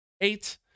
eight